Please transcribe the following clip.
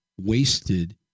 wasted